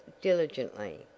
diligently